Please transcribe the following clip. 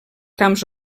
camps